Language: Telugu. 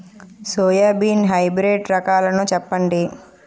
సోయాబీన్ హైబ్రిడ్ రకాలను చెప్పండి?